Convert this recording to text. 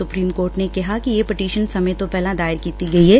supreme Court ਨੇ ਕਿਹਾ ਕਿ ਇਹ ਪਟੀਸ਼ਨ ਸਮੇਂ ਤੋਂ ਪਹਿਲਾਂ ਦਾਇਰ ਕੀਤੀ ਗਈ ਏ